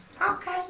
Okay